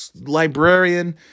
librarian